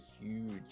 huge